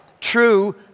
true